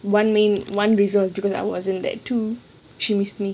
one main one reason was because I wasn't there too she miss me